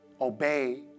Obey